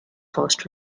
first